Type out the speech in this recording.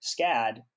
SCAD